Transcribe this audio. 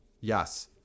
Yes